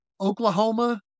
Oklahoma